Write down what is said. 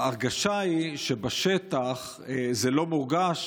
ההרגשה היא שבשטח זה לא מורגש.